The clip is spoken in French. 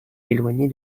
éloignée